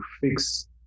fix